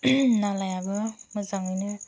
नालायाबो मोजाङैनो